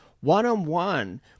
One-on-one